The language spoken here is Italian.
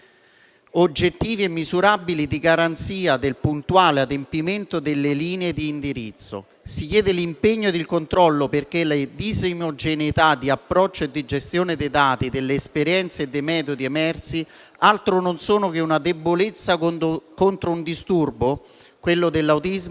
oggettivi e misurabili di garanzia del puntuale adempimento delle linee di indirizzo. Si chiedono l'impegno e il controllo, perché le disomogeneità di approccio e di gestione dei dati delle esperienze e dei metodi emersi altro non sono che una debolezza contro un disturbo, quello dell'autismo,